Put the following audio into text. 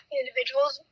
individuals